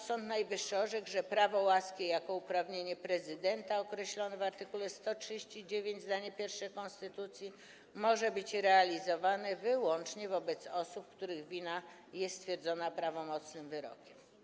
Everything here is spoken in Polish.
Sąd Najwyższy orzekł, że prawo łaski, jako uprawnienie prezydenta określone w art. 139 zdanie pierwsze konstytucji, może być realizowane wyłącznie wobec osób, których wina jest stwierdzona prawomocnym wyrokiem.